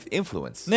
influence